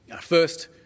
First